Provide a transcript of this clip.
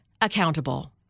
accountable